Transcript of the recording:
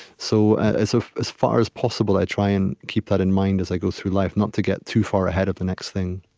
so as ah as far as possible, i try and keep that in mind as i go through life, not to get too far ahead of the next thing